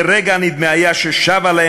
חיובית ותומכת המשלבת בתוכה את